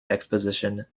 exposition